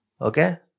Okay